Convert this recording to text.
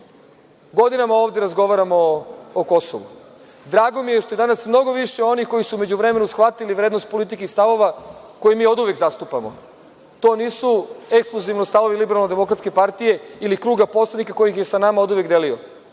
učiniti. Godinama ovde razgovaramo o Kosovu. Drago mi je što je danas mnogo više onih koji su u međuvremenu shvatili vrednost politike i stavova koje mi oduvek zastupamo. To nisu ekskluzivno stavovi LDP ili kruga poslanika koji ih je sa nama oduvek delio.